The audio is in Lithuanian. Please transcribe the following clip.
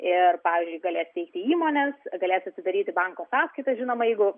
ir pavyzdžiui galės steigti įmones galės atsidaryti banko sąskaitas žinoma jeigu